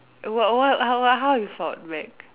what what how how you fought back